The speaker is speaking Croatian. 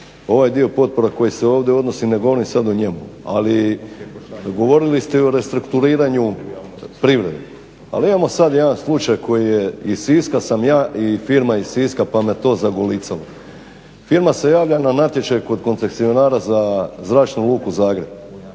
ovaj dio potpora koji se ovdje odnosi ne govorim sada o njemu, ali govorili ste i o restrukturiranju privrede, ali imamo sada jedan slučaj koji je iz Siska sam ja i firma je iz Siska pa me to zagolicalo. Firma se javlja na natječaj kod koncesionara za Zračnu luku Zagreb.